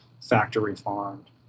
factory-farmed